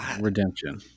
Redemption